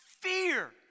fear